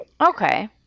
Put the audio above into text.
Okay